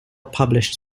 published